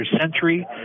Century